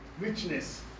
richness